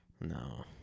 No